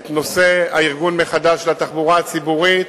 את נושא הארגון מחדש של התחבורה הציבורית,